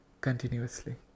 continuously